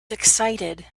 excited